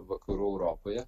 vakarų europoje